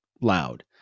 loud